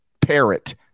parrot